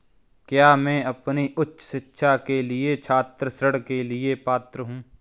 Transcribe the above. क्या मैं अपनी उच्च शिक्षा के लिए छात्र ऋण के लिए पात्र हूँ?